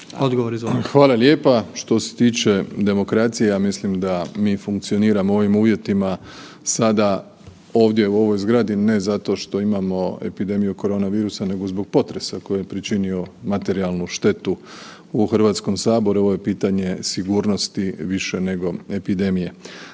Hvala lijepa. Što se tiče demokracije ja mislim da mi funkcioniramo u ovim uvjetima sada ovdje u ovoj zgradi, ne zato što imamo epidemiju korona virusa nego zbog potresa koji je pričinio materijalnu štetu u Hrvatskom saboru, ovo je pitanje sigurnosti više nego epidemije.